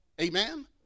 Amen